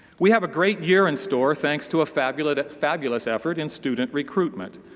we have a great year in store, thanks to a fabulous fabulous effort in student recruitment.